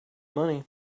money